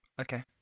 Okay